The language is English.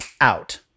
out